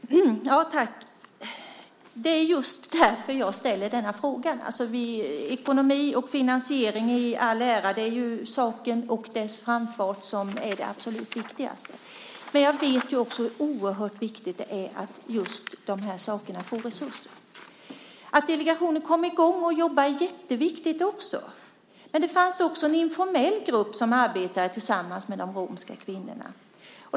Herr talman! Det är just därför jag ställer denna fråga. Ekonomi och finansiering i all ära - det är ju saken och dess framgång som är det absolut viktigaste. Men jag vet också hur oerhört viktigt det är att just de här sakerna får resurser. Att delegationen kom i gång med att jobba är jätteviktigt, men det fanns också en informell grupp som arbetade tillsammans med de romska kvinnorna.